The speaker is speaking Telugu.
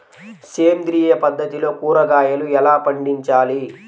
సేంద్రియ పద్ధతిలో కూరగాయలు ఎలా పండించాలి?